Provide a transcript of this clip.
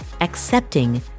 accepting